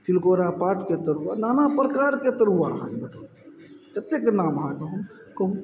तिलकोरा पातके तरुआ नाना प्रकारके तरुआ अहाँकेॅं भेटत कतेक नाम अहाँकेॅं हम कहु